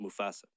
Mufasa